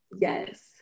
yes